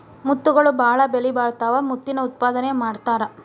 ಮುತ್ತುಗಳು ಬಾಳ ಬೆಲಿಬಾಳತಾವ ಮುತ್ತಿನ ಉತ್ಪಾದನೆನು ಮಾಡತಾರ